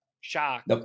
shock